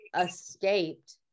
escaped